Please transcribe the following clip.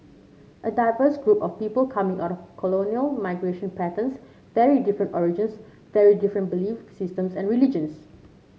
a diverse group of people coming out of colonial migration patterns very different origins very different belief systems and religions